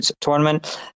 tournament